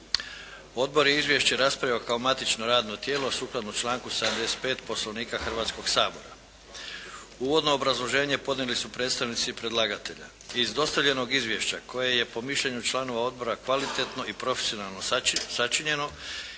Odbor je izvješće raspravio kao matično radno tijelo sukladno članku 75. Poslovnika Hrvatskog sabora. Uvodno obrazloženje podnijeli su predstavnici predlagatelja. Iz dostavljenog izvješća koje je po mišljenju članova odbora kvalitetno i profesionalno sačinjeno